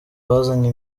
bazanye